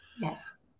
yes